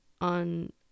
on